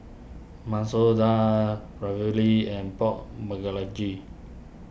Masoor Dal Ravioli and Pork